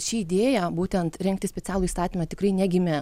ši idėja būtent rengti specialų įstatymą tikrai negimė